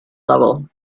level